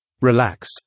Relax